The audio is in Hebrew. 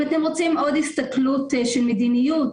אם אתם רוצים עוד הסתכלות של מדיניות,